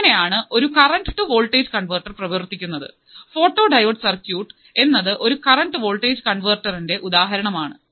ഇങ്ങനെയാണ് ഒരു current to voltage converter പ്രവർത്തിക്കുന്നത് ഫോട്ടോ ഡയോഡ് സർക്യൂട്ട് എന്നത് ഒരു കറൻറ് ടു വോൾട്ടേജ് കൺവെർട്ടറിന്റെ ഉദാഹരണം ആണ്